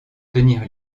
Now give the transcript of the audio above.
tenir